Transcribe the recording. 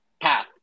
path